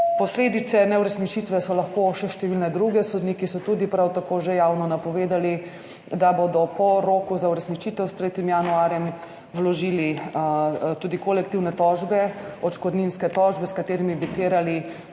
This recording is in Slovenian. Posledice neuresničitve so lahko še številne druge. Sodniki so prav tako že javno napovedali, da bodo po roku za uresničitev, s 3. januarjem, vložili tudi kolektivne tožbe, odškodninske tožbe, s katerimi bi terjali